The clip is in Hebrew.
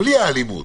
בלי האלימות.